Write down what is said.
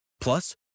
Plus